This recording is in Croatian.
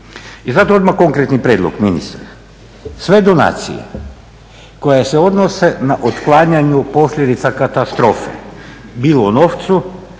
I zato odmah konkretni prijedlog ministre, sve donacije koje se odnose na otklanjanje posljedica katastrofe bilo u novcu,